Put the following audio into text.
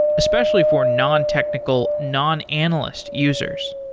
especially for non-technical non-analyst users.